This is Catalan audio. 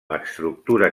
estructura